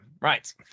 Right